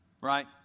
Right